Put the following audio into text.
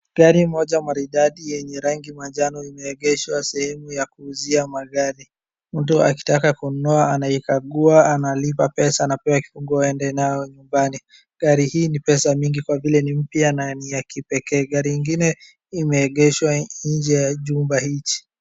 Gari moja maridadi yenye rangi manjano imeegeshwa sehemu ya kuuzia magari. Mtu akitaka kununua anaikagua, analipa pesa na kupewa funguo anende nayo nyumbani. Gari hii ni pesa mingi kwa vile ni mpya na ni ya kipekee. Gari ingine imeegeshwa nje ya jumba hichi.